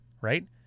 right